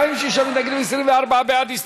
46 נגד, 26 בעד, נמנע אחד.